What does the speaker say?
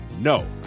No